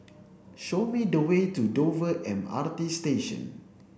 show me the way to Dover M R T Station